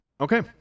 Okay